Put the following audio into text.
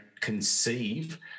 conceive